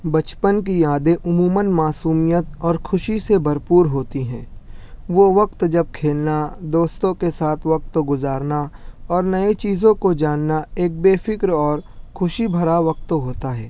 بچپن کی یادیں عموماً معصومیت اور خوشی سے بھر پور ہوتی ہیں وہ وقت جب کھیلنا دوستوں کے ساتھ وقت گذارنا اور نئے چیزوں کو جاننا ایک بے فکر اور خوشی بھرا وقت ہوتا ہے